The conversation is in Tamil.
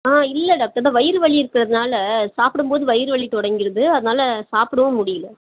ஆ இல்லை டாக்டர் அதுதான் வயிறு வலி இருக்கிறதுனால சாப்பிடும் போது வயிறு வலி தொடங்கிடுது அதனால சாப்பிடவும் முடியல